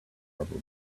rubber